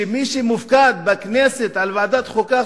שמי שמופקד בכנסת על ועדת החוקה,